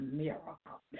miracle